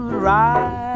right